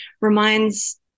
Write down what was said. reminds